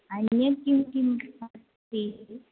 अन्यत् किं किम् अस्ति